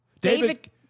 David